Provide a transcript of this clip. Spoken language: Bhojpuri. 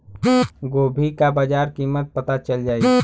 गोभी का बाजार कीमत पता चल जाई?